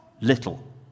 little